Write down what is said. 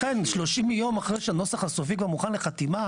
לכן 30 ימים אחרי שהנוסח הסופי מוכן לחתימה